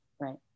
right